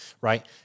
right